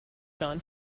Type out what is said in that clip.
john